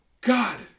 God